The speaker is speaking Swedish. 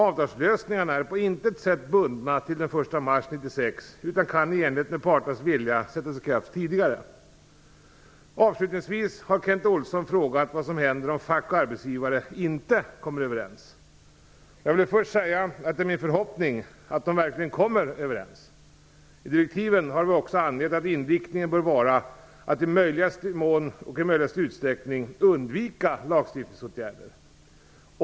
Avtalslösningarna är på intet sätt bundna till den 1 mars 1996 utan kan i enlighet med parternas vilja få träda i kraft tidigare. Avslutningsvis har Kent Olsson frågat vad som händer om fack och arbetsgivare inte kommer överens. Jag vill först säga att det är min förhoppning att de verkligen kommer överens. I direktiven har vi också angett att inriktningen bör vara att i möjligaste utsträckning undvika lagstiftningsåtgärder.